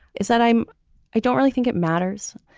is that i'm i don't really think it matters.